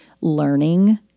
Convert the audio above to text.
learning